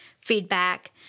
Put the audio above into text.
feedback